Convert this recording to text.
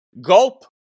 Gulp